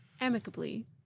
amicably